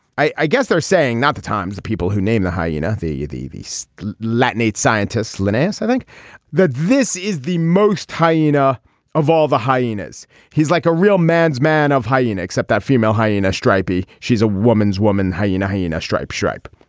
i i guess they're saying not the times the people who named the hyena these latin eight scientists linus i think that this is the most hyena of all the hyenas he's like a real man's man of hyena except that female hyena stripy. she's a woman's woman hyena hyena stripe shrimp.